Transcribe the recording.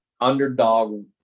underdog